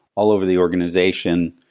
all over the organization,